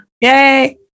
Yay